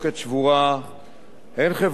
הן חברתית והן כלכלית.